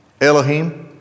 Elohim